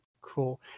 Cool